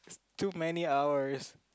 took many hours